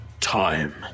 time